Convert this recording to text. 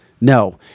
No